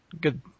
good